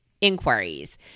inquiries